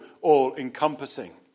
all-encompassing